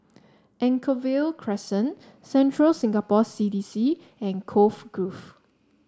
Anchorvale Crescent Central Singapore C D C and Cove Grove